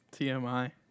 TMI